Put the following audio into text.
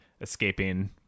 escaping